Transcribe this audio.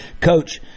Coach